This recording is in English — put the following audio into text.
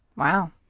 Wow